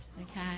Okay